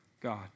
God